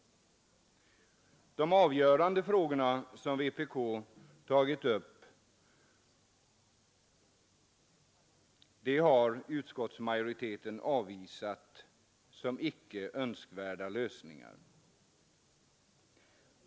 De förslag i avgörande frågor som vpk har lagt fram har utskottsmajoriteten avvisat som icke önskvärda lösningar.